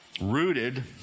rooted